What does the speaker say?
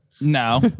No